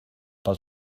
pel